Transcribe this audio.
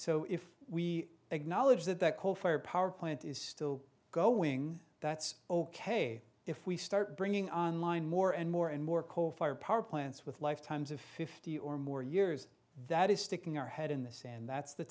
so if we acknowledge that that coal fired power plant is still going that's ok if we start bringing on line more and more and more coal fired power plants with lifetimes of fifty or more years that is sticking our head in the sand that's the